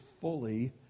fully